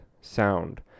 Sound